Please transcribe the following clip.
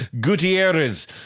Gutierrez